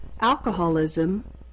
alcoholism